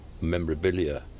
memorabilia